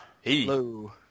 Hello